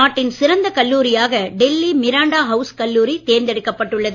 நாட்டின் சிறந்த கல்லூரியாக டெல்லி மிராண்டா ஹவுஸ் கல்லூரி தேர்ந்தெடுக்கப் பட்டுள்ளது